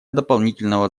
дополнительного